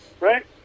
right